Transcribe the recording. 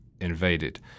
invaded